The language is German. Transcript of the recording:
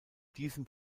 diesem